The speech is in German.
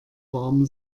warm